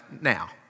now